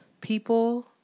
people